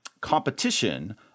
competition